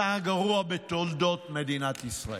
השר הגרוע בתולדות מדינת ישראל.